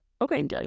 Okay